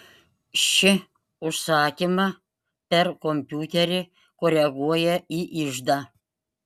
ši užsakymą per kompiuterį koreguoja į iždą